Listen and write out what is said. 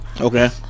Okay